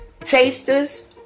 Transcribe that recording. Tasters